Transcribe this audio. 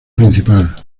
principal